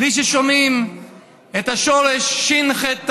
בלי ששומעים את השורש שח"ת: